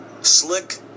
Slick